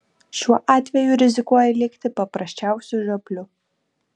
šiuo atveju rizikuoji likti paprasčiausiu žiopliu